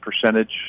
percentage